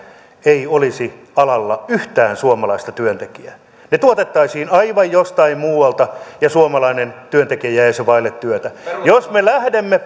ei olisi alalla yhtään suomalaista työntekijää ne tuotettaisiin aivan jostain muualta ja suomalainen työntekijä jäisi vaille työtä jos me lähdemme